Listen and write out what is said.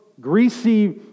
greasy